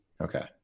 Okay